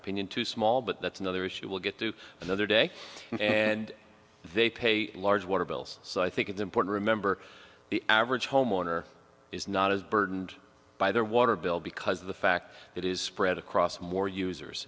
opinion too small but that's another issue we'll get through another day and they pay large water bills so i think it's important remember the average homeowner is not as burdened by their water bill because of the fact it is spread across more users